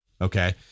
okay